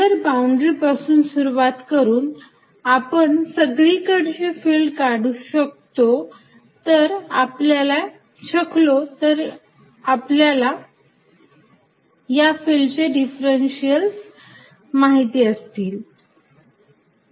तर बाउंड्री पासून सुरुवात करून आपण सगळीकडची फिल्ड काढू शकतो जर आपल्याला या फिल्डचे डिफरंशिअल्स माहिती असतील